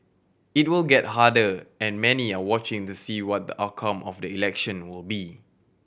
it will get harder and many are watching to see what the outcome of the election will be